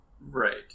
Right